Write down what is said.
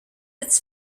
its